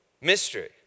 Mystery